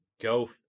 Go